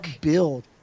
build